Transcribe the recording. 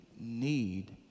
need